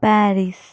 Paris